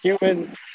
Humans